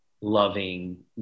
loving